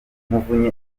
muvunyi